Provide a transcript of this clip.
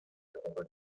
segundo